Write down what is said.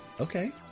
Okay